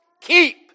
Keep